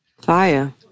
Fire